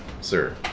sir